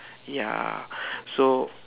ya so